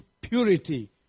purity